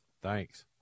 Thanks